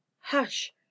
Hush